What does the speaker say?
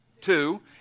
Two